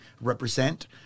represent